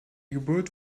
geburt